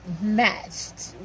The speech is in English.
matched